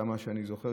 עד כמה שאני זוכר,